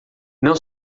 não